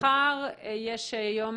מחר יש יום